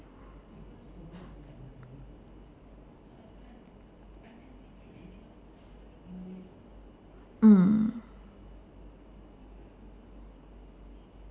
mm